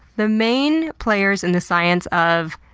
the main players in the science of,